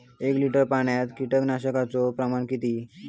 एक लिटर पाणयात कीटकनाशकाचो प्रमाण किती?